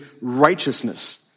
righteousness